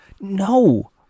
No